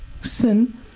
sin